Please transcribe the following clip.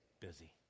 busy